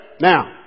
now